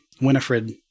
Winifred